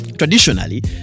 Traditionally